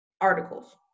articles